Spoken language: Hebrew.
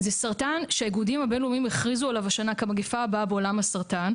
זה סרטן שהאיגודים הבין לאומיים הכריזו עליו כמגפה הבאה במחלת הסרטן,